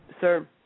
Sir